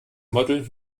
model